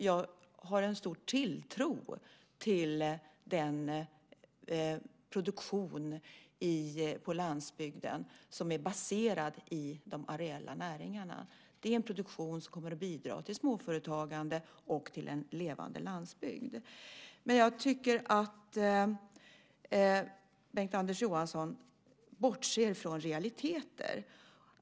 Jag har en stor tilltro till den produktion på landsbygden som är baserad i de areella näringarna. Det är en produktion som kommer att bidra till småföretagande och till en levande landsbygd. Jag tycker att Bengt-Anders Johansson bortser från realiteter.